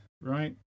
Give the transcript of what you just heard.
right